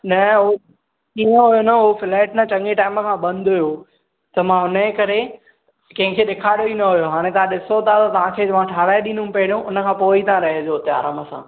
न उहो हुयो न उहो फ्लैट न चंङे टाइम खां बंदि हुयो त मां हुन जे करे केंहिं खे ॾेखारियो ई न हुयो हाणे तां डि॒संदा तांखे मां ठाराए ॾिंदुमि पहिरीं हुन खां पोइ ई तां रहिजो हुते आराम सां